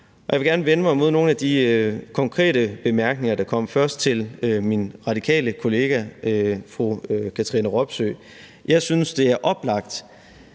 Jeg vil gerne vende mig mod nogle af de konkrete bemærkninger, der er kommet – først til min radikale kollega fru Katrine Robsøe. Jeg synes, det er oplagt